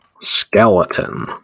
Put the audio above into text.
skeleton